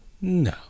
No